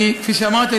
כפי שאמרתי,